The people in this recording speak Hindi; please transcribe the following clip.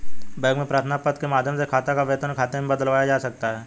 बैंक में प्रार्थना पत्र के माध्यम से खाते को वेतन खाते में बदलवाया जा सकता है